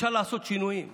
אפשר לעשות שינויים נדרשים,